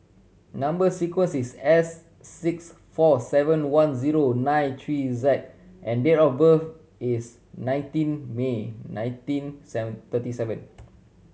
number sequence is S six four seven one zero nine three Z and date of birth is nineteen May nineteen seven thirty seven